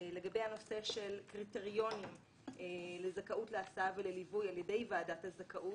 לגבי הנושא של קריטריונים לזכאות להסעה ולליווי על ידי ועדת הזכאות.